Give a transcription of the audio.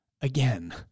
again